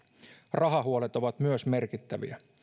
rahahuolet ovat myös merkittäviä